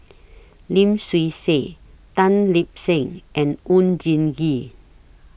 Lim Swee Say Tan Lip Seng and Oon Jin Gee